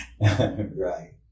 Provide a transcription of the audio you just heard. Right